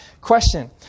question